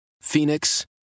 Phoenix